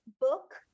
Book